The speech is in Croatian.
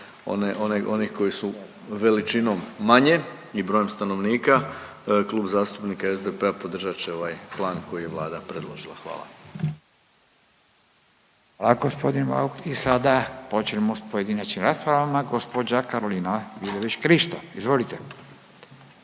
onih koji su veličinom manje i brojem stanovnika, Klub zastupnika SDP-a podržat će ovaj plan koji je Vlada predložila. Hvala. **Radin, Furio (Nezavisni)** Hvala gospodin Bauk. I sada počinjemo s pojedinačnim raspravama. Gospođa Karolina Vidović Krišto. Izvolite.